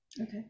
okay